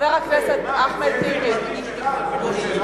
בושה וחרפה.